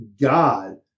God